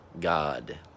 God